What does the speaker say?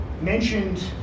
mentioned